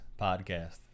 podcast